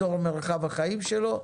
אזור מרחב החיים שלו,